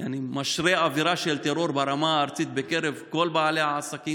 משרה אווירה של טרור ברמה הארצית בקרב כל בעלי העסקים.